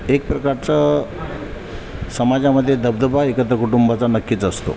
एक प्रकारचा समाजामध्ये दबदबा एकत्र कुटुंबाचा नक्कीच असतो